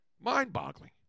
Mind-boggling